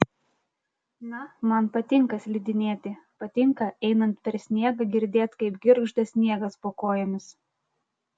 na man patinka slidinėti patinka einant per sniegą girdėt kaip girgžda sniegas po kojomis